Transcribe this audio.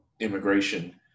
immigration